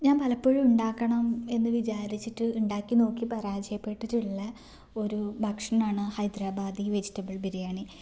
ഞാൻ പലപ്പോഴും ഉണ്ടാക്കണം എന്ന് വിചാരിച്ചിട്ട് ഉണ്ടാക്കി നോക്കി പരാജയപ്പെട്ടിട്ടുള്ള ഒരു ഭക്ഷണമാണ് ഹൈദരാബാദി വെജിറ്റബിൾ ബിരിയാണി